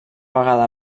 vegada